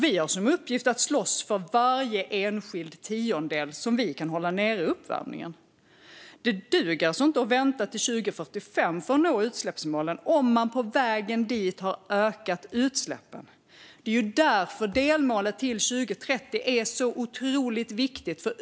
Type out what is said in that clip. Vi har som uppgift att slåss för varje enskild tiondel som vi kan hålla nere uppvärmningen med. Det duger alltså inte att vänta till 2045 för att nå utsläppsmålen om man på vägen dit har ökat utsläppen. Det är därför delmålet till 2030 är så otroligt viktigt.